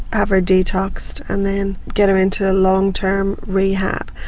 have her detoxed and then get her into a long-term rehab.